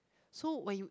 so when you